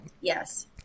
Yes